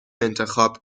انتخاب